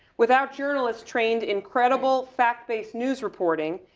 without journalist trained incredible fact-based news reporting,